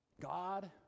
God